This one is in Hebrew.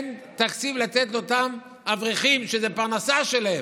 אין תקציב לתת לאותם אברכים שזו הפרנסה שלהם.